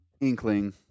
inkling